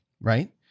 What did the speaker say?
Right